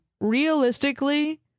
Realistically